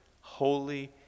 holy